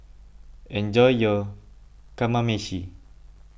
enjoy your Kamameshi